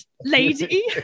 lady